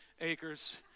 acres